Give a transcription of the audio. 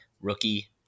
rookie